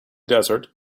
desert